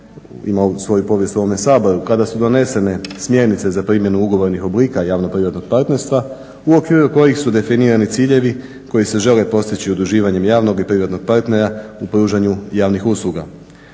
svoju povijest u ovome Saboru kada su donesene smjernice za primjenu ugovornih oblika javno-privatnog partnerstva, u okviru kojih su definirani ciljevi koji se žele postići udruživanjem javnog i privatnog partnera u pružanju javnih usluga.